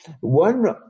one